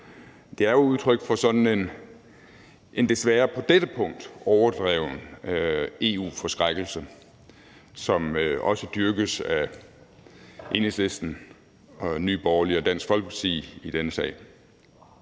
Det er jo et udtryk for sådan en desværre på dette punkt overdreven EU-forskrækkelse, som også dyrkes af Enhedslisten, Nye Borgerlige og Dansk Folkeparti i denne sag.